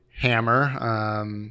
hammer